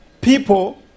people